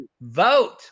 Vote